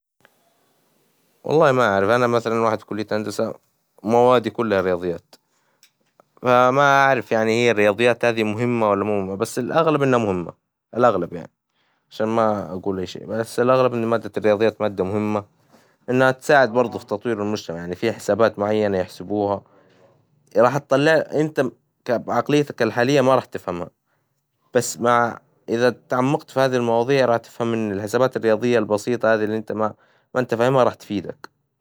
والله ما أعرف أنا مثلًا واحد في كلية هندسة وموادي كلها رياظيات فما أعرف يعني هي الرياضيات هذي مهمة ولا مو مهمة، بس الأغلب إنها مهمة الأغلب يعني عشان ما أجول أي شي، بس الأغلب إن مادة الرياضيات مادة مهمة إنها تساعد برضو في تطوير المجتمع يعني في حسابات معينة يحسبوها، راح تطلع إنت ك- بعقليتك الحالية ما راح تفهمها، بس مع إذا تعمقت في هذي المواضيع راح تفهم إن الحسابات الرياضية البسيطة هذي اللي إنت ما ما إنت فاهمها راح تفيدك.